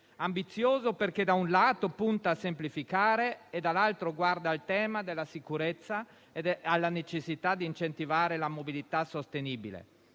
ambizioso perché - da un lato - punta a semplificare e - dall'altro - guarda al tema della sicurezza e alla necessità di incentivare la mobilità sostenibile.